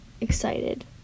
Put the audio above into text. excited